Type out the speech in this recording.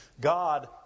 God